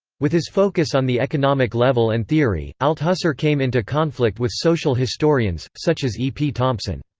with his focus on the economic level and theory, althusser came into conflict with social historians, such as e. p. thompson.